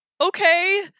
Okay